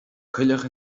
coileach